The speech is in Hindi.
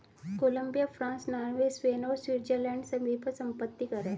कोलंबिया, फ्रांस, नॉर्वे, स्पेन और स्विट्जरलैंड सभी पर संपत्ति कर हैं